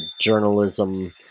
journalism